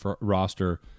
roster